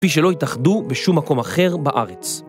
כפי שלא יתאחדו בשום מקום אחר בארץ.